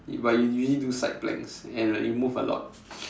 but you usually do side planks and like you move a lot